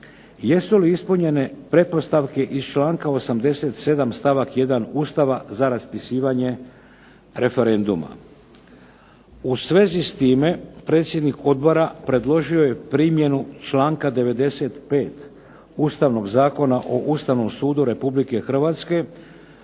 jesu li ispunjene pretpostavke iz članka 87. stavak 1. Ustava za raspisivanje referenduma. U svezi s time predsjednik odbora predložio je primjenu članka 95. Ustavnog zakona o Ustavnom sudu Republike Hrvatske